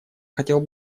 хотел